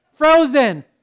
frozen